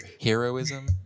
Heroism